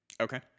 Okay